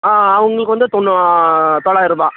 ஆ அவங்களுக்கு வந்து தொள்ளாயரூபா